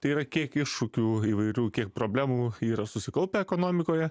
tai yra kiek iššūkių įvairių kiek problemų yra susikaupę ekonomikoje